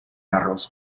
arroz